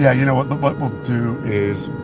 yeah you know what, what we'll do is,